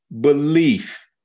belief